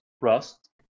rust